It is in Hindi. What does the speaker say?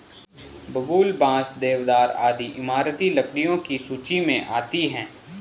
बबूल, बांस, देवदार आदि इमारती लकड़ियों की सूची मे आती है